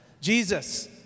Jesus